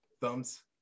Thumbs